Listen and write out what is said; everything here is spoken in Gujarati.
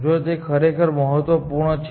તેથી g h gh તે આમ પણ એટલું મહત્વપૂર્ણ નથી